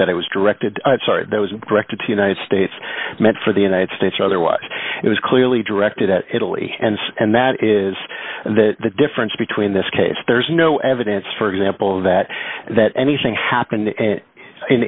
that it was directed sorry that was directed to united states meant for the united states or otherwise it was clearly directed at italy and and that is that the difference between this case there's no evidence for example of that that anything happened in i